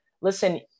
listen